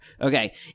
Okay